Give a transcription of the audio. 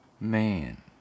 Man